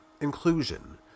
Inclusion